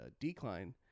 decline